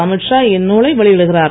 அமீத் ஷா இந்நூலை வெளியிடுகிறார்